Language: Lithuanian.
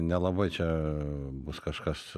nelabai čia bus kažkas